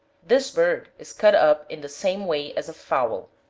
this bird is cut up in the same way as a fowl.